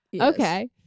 okay